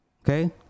okay